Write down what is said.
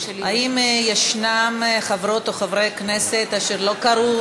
האם יש חברות או חברי כנסת אשר לא קראו